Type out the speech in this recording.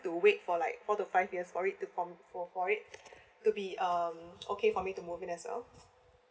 to wait for like four to five years for it to form for for it to be um okay for me to move in as well